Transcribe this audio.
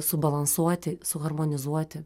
subalansuoti suharmonizuoti